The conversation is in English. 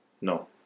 No